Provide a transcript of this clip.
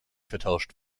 vertauscht